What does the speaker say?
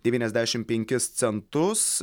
devyniasdešim penkis centus